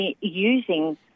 using